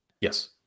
Yes